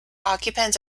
occupant